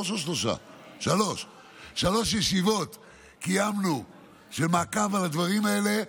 קיימנו שלוש ישיבות מעקב על הדברים האלה,